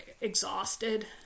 exhausted